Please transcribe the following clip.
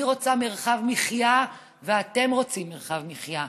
אני רוצה מרחב מחיה ואתם רוצים מרחב מחיה.